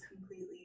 completely